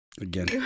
Again